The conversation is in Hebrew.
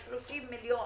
ה-30 מיליון